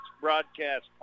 broadcast